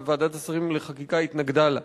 וועדת השרים לחקיקה התנגדה לה,